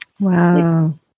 Wow